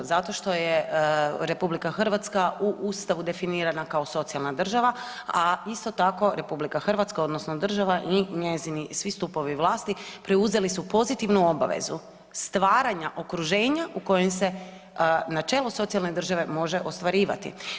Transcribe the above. Zato što je RH u Ustavu definirana kao socijalna država, a isto tako, RH odnosno država i njezini svi stupovi vlasti preuzeli su pozitivnu obavezu stvaranja okruženja u kojem se načelo socijalne države može ostvarivati.